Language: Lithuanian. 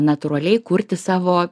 natūraliai kurti savo